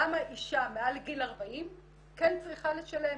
למה אישה מעל גיל 40 כן צריכה לשלם.